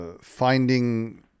finding